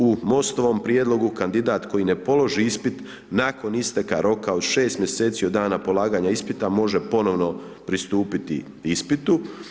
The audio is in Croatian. U MOST-ovom prijedlogu kandidat koji je položi ispit nakon isteka roka od 6 mj. od dana polaganja ispita može ponovno pristupiti ispitu.